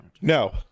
No